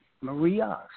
Maria